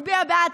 תצביע בעד,